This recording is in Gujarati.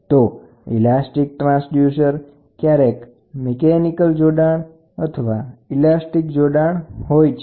તો ઇલાસ્ટિક ટ્રાન્સડ્યુસર ક્યારેક મિકેનિકલ લિન્કેજ સિસ્ટમ અથવા ઇલેક્ટ્રીક લિન્કેજ સિસ્ટમ છે